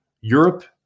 Europe